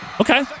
Okay